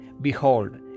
Behold